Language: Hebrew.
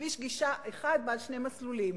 כביש גישה אחד בעל שני מסלולים.